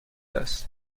است